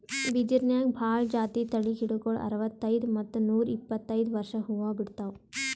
ಬಿದಿರ್ನ್ಯಾಗ್ ಭಾಳ್ ಜಾತಿ ತಳಿ ಗಿಡಗೋಳು ಅರವತ್ತೈದ್ ಮತ್ತ್ ನೂರ್ ಇಪ್ಪತ್ತೈದು ವರ್ಷ್ಕ್ ಹೂವಾ ಬಿಡ್ತಾವ್